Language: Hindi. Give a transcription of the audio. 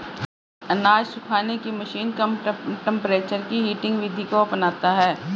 अनाज सुखाने की मशीन कम टेंपरेचर की हीटिंग विधि को अपनाता है